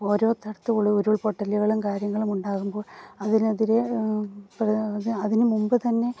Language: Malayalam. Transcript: ഓരോ തരത്തുള്ള ഉരുൾപൊട്ടലുകളും കാര്യങ്ങളും ഉണ്ടാകുമ്പോഴ് അതിനെതിരെ അതിന് മുമ്പ് തന്നെ